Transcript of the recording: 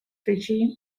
regime